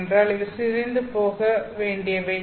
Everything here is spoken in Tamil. ஏனென்றால் இவை சிதைந்துபோக வேண்டியவை